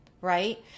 right